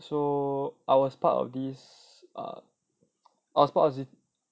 so I was part of err I was part of this